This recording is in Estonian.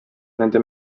nende